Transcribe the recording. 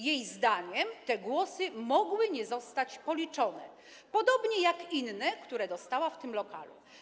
Jej zdaniem te głosy mogły nie zostać policzone, podobnie jak inne, które dostała w tym lokalu.